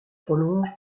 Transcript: prolonge